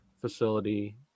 facility